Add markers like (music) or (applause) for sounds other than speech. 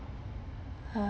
(noise)